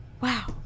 wow